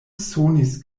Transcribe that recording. sonis